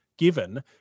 given